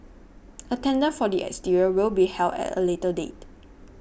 a tender for the exterior will be held at a later date